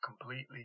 completely